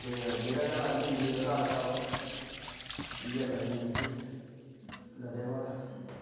एह् बेह्ड़ै गै लाई दी होंदी ऐ घाह् छा बस इ'यै गार्डनिंग ऐ जी धन्यावाद